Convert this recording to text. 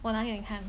我拿给你看